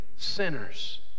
sinners